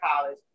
college